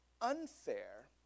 unfair